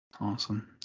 awesome